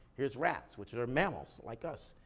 here's rats, which are mammals, like us.